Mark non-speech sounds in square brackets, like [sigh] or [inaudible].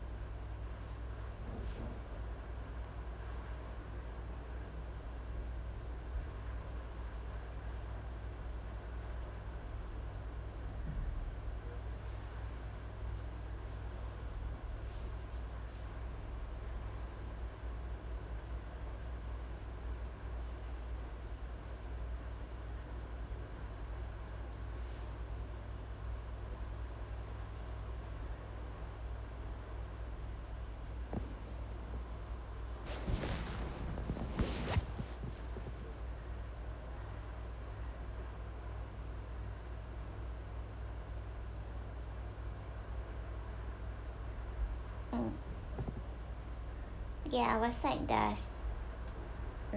[noise] um ya what side does